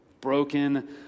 broken